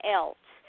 else